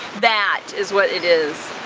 that is what it is.